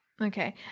Okay